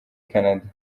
canada